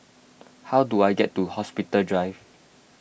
how do I get to Hospital Drive